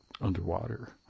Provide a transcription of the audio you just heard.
underwater